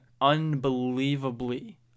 unbelievably